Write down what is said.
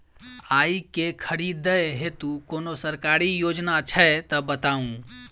आइ केँ खरीदै हेतु कोनो सरकारी योजना छै तऽ बताउ?